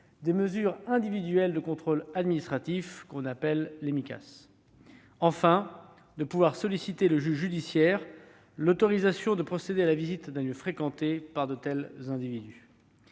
des mesures individuelles de contrôle administratif et de surveillance, ou Micas. Il s'agit, enfin, de pouvoir solliciter du juge judiciaire l'autorisation de procéder à la visite d'un lieu fréquenté par de tels individus.